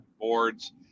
boards